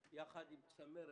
יחד עם צמרת